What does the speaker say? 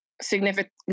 significant